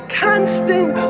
constant